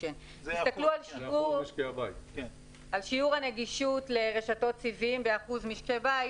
תסתכלו על שיעור הנגישות לרשתות סיבים באחוז משקי בית.